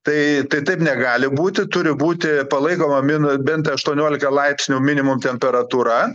tai tai taip negali būti turi būti palaikoma min bent aštuoniolika laipsnių minimum temperatūra